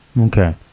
Okay